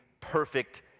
perfect